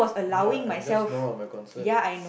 ya and that's none of my concern